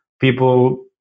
People